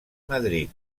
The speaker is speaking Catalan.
madrid